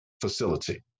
facility